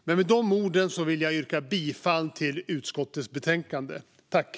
Med de orden vill jag yrka bifall till utskottets förslag i betänkandet.